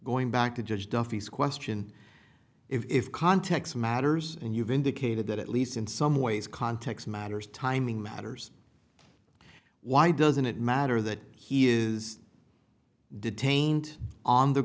going back to judge duffy's question if context matters and you've indicated that at least in some ways context matters timing matters why doesn't it matter that he is detained on the